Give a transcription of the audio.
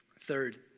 Third